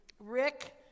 Rick